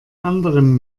anderen